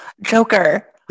Joker